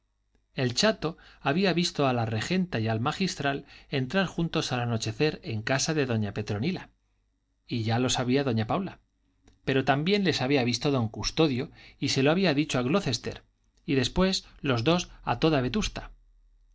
el chato había visto a la regenta y al magistral entrar juntos al anochecer en casa de doña petronila y ya lo sabía doña paula pero también les había visto don custodio y se lo había dicho a glocester y después los dos a toda